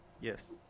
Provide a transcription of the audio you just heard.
Yes